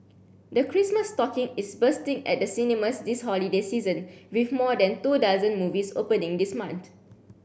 the Christmas stocking is bursting at the cinemas this holiday season with more than two dozen movies opening this month